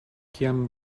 kiam